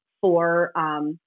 for-